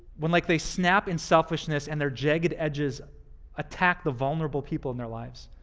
when like they snap in selfishness and they're jagged edges attack the vulnerable people in their lives?